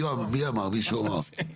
מה אתה רוצה ממני?